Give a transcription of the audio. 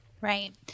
Right